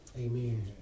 amen